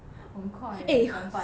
很快 leh 怎样办